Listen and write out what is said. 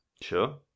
Sure